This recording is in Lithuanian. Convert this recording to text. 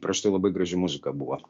prieš tai labai graži muzika buvo